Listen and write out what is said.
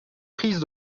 prise